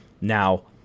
Now